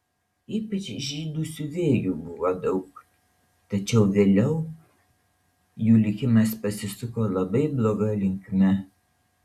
ypač žydų siuvėjų buvo daug tačiau vėliau jų likimas pasisuko labai bloga linkme